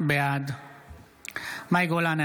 בעד מאי גולן,